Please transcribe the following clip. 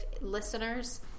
listeners